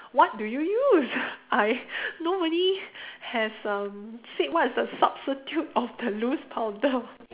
what do you use I nobody has um said what's the substitute of the loose powder